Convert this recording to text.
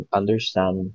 understand